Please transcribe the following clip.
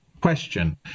question